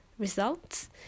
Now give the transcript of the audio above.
Results